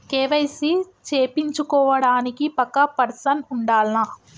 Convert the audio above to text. KYC చేపిచ్చుకోవడానికి పక్కా person ఉండాల్నా?